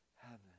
heaven